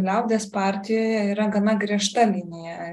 liaudies partijoje yra gana griežta linija